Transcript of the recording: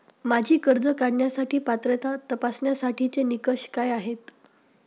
माझी कर्ज काढण्यासाठी पात्रता तपासण्यासाठीचे निकष काय आहेत?